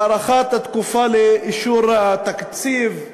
הארכת התקופה לאישור התקציב,